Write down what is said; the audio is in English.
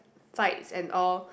fights and all